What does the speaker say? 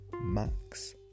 Max